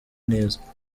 neza